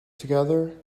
together